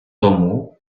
тому